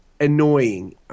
annoying